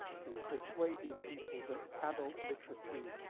you know, persuading people that adult literacy